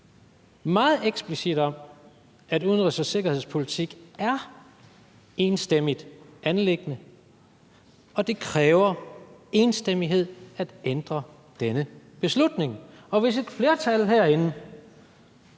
meget eksplicit, i forhold til at udenrigs- og sikkerhedspolitik er et enstemmigt anliggende? Og det kræver enstemmighed at ændre den beslutning, og hvis et flertal herinde